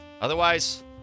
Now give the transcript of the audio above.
Otherwise